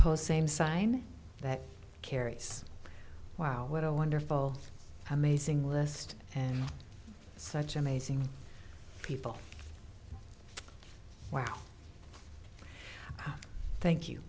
post same sign that carries wow what a wonderful amazing list and such amazing people wow thank you